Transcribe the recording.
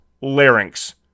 larynx